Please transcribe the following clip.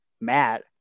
Matt